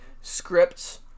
scripts